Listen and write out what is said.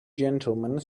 gentlemen